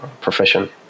profession